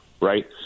right